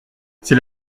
c’est